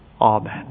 Amen